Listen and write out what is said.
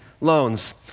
loans